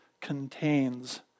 contains